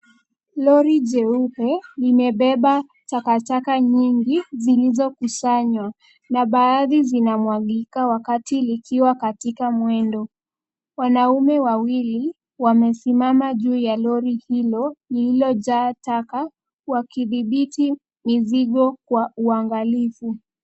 Lori jeupe limebeba takataka nyingi zilizokusanywa na baadhi zinamwagika wakati likiwa katika mwendo. Wanaume wawili wamesimama juu ya lori hilo lililojaa taka wakidhibiti mizigo kwa uangalifu.